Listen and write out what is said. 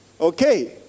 okay